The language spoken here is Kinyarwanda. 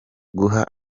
guha